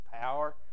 power